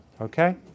okay